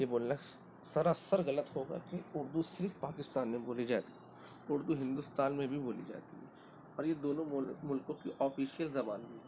یہ بولنا سراسر غلط ہوگا کہ اردو صرف پاکستان میں بولی جاتی ہے اردو ہندوستان میں بھی بولی جاتی ہے اور یہ دونوں ملک ملکوں کی آفیشیل زبان ہے